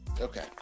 Okay